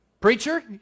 Preacher